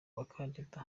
bakandida